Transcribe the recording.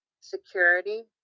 security